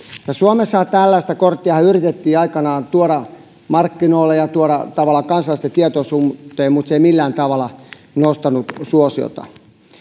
suomessahan tällaista korttia yritettiin aikanaan tuoda markkinoille ja tuoda tavallaan kansalaisten tietoisuuteen mutta se ei millään tavalla nostanut suosiota